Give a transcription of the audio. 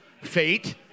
fate